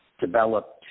developed